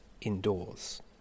indoors